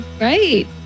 right